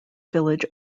village